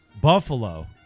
Buffalo